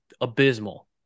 abysmal